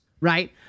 Right